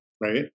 right